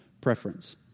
preference